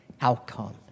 outcome